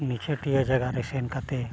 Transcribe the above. ᱢᱤᱪᱷᱟᱹᱴᱤᱭᱟᱹ ᱡᱟᱭᱜᱟ ᱨᱮ ᱥᱮᱱ ᱠᱟᱛᱮᱫ